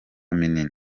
minini